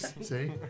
See